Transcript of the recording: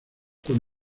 con